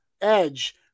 Edge